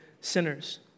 sinners